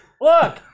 Look